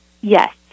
Yes